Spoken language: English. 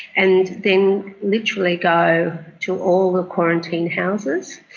and then literally go to all the quarantine houses.